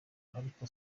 ariko